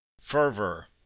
fervor